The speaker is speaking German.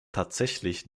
tatsächlich